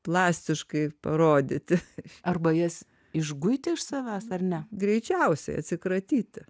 plastiškai parodyti arba jas išguiti iš savęs ar ne greičiausiai atsikratyti